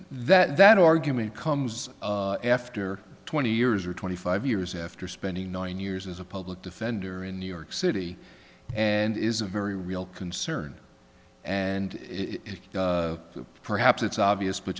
memory that argument comes after twenty years or twenty five years after spending nine years as a public defender in new york city and it is a very real concern and it perhaps it's obvious but